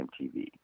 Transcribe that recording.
mtv